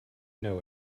know